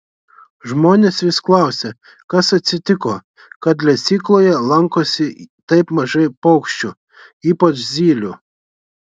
žmonės vis klausia kas atsitiko kad lesykloje lankosi taip mažai paukščių ypač zylių